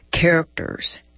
characters